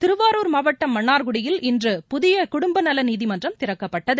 திருவாளர் மாவட்டம் மன்னார்குடயில் இன்று புதியகுடும்பநலநீதிமன்றம் திறக்கப்பட்டது